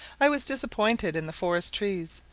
i was disappointed in the forest trees,